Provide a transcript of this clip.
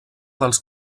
dels